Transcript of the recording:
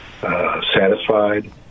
satisfied